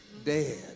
dead